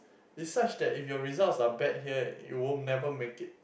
it's such that if your results are bad here you will never make it